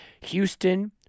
Houston